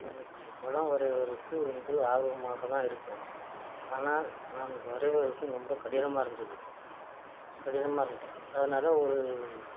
எனக்கு படம் வரையிறதுக்கு வந்து ஆர்வமாக தான் இருக்கும் ஆனால் எனக்கு வரைவதற்கு ரொம்ப கடினமாக இருந்தது கடினமாக இருந்தது அதனால ஒரு